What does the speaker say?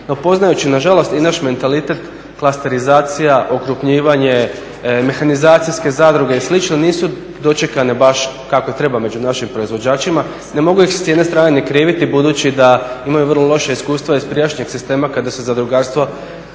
No, poznajući na žalost i naš mentalitet klasterizacija, okrupnjivanje, mehanizacijske zadruge i slično nisu dočekane baš kako treba među naših proizvođačima. Ne mogu ih s jedne strane ni kriviti budući da imaju vrlo loša iskustva iz prijašnjih sistema kada se zadrugarstvo